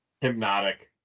Hypnotic